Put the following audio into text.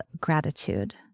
gratitude